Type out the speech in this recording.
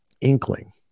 inkling